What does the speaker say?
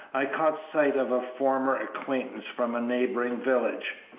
i caught sight of a former acquaintance from a neighboring village,